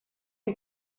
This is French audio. les